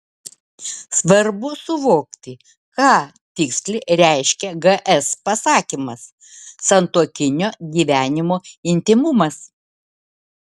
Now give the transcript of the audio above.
svarbu suvokti ką tiksliai reiškia gs pasakymas santuokinio gyvenimo intymumas